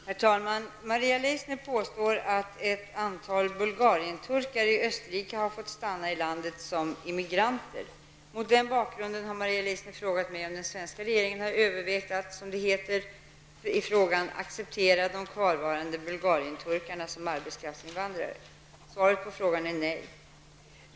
Herr talman! Maria Leissner påstår att ett antal Bulgarienturkar i Österrike har fått stanna i landet som immigranter. Mot den bakgrunden har Maria Leissner frågat mig om den svenska regeringen har övervägt att, som det heter i frågan, ''acceptera de kvarvarande bulgarienturkarna som arbetskraftsinvandrare''. Svaret på frågan är nej.